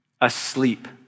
asleep